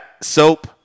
soap